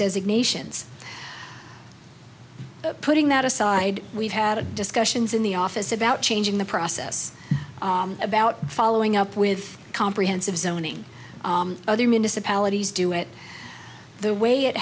designations putting that aside we've had discussions in the office about changing the process about following up with comprehensive zoning other municipalities do it the